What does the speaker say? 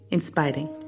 Inspiring